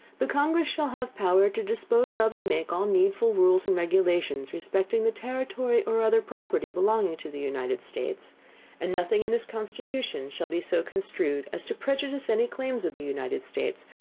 the congress shall have power to dispose of and make all needful rules and regulations respecting the territory or other property belonging to the united states and nothing in this constitution shall be so construed as to prejudice any claims of the united states,